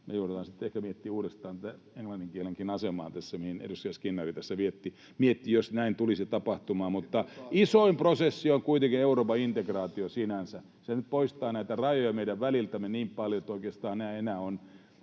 me joudutaan sitten ehkä miettimään uudestaan tätä englannin kielenkin asemaa, mitä edustaja Skinnari tässä mietti, jos näin tulisi tapahtumaan. Mutta isoin prosessi on kuitenkin Euroopan integraatio sinänsä. Se nyt poistaa näitä rajoja meidän väliltämme niin paljon, että oikeastaan nämä ovat enää